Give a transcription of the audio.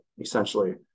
essentially